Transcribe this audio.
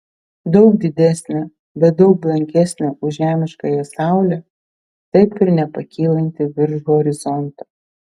daug didesnė bet daug blankesnė už žemiškąją saulę taip ir nepakylanti virš horizonto